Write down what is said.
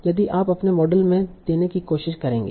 यही आप अपने मॉडल में देने की कोशिश करेंगे